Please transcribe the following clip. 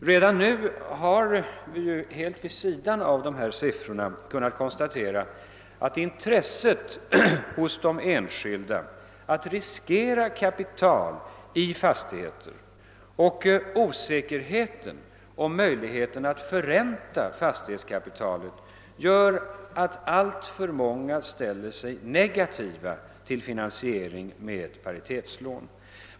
Redan nu har vi ju — helt vid sidan av dessa siffror — i fråga om intresset hos de enskilda att riskera kapital i fastigheter kunnat konstatera att osäkerheten om möjligheterna att förränta fastighetskapitalet gör att alltför många ställer sig negativa till finansiering med paritetslån.